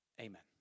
Amen